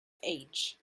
age